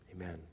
Amen